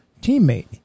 teammate